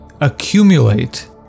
accumulate